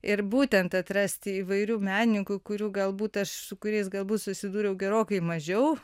ir būtent atrasti įvairių menininkų kurių galbūt aš su kuriais galbūt susidūriau gerokai mažiau